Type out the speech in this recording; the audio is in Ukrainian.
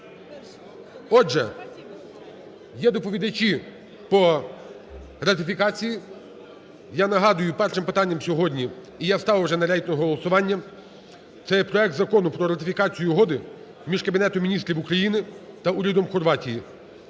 Отже, є доповідачі по ратифікації. Я нагадую, першим питанням сьогодні, і я ставив вже на рейтингове голосування, це є проект Закону про ратифікацію Угоди між Кабінетом Міністрів України та Урядом Хорватії